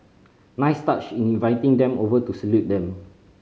nice touch in inviting them over to salute them